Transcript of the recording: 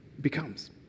becomes